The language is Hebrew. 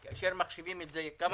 כאשר מחשיבים את זה, כמה?